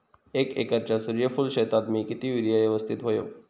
एक एकरच्या सूर्यफुल शेतीत मी किती युरिया यवस्तित व्हयो?